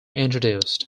introduced